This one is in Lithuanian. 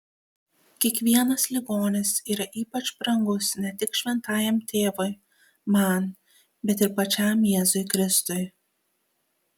kiekvienas ligonis yra ypač brangus ne tik šventajam tėvui man bet ir pačiam jėzui kristui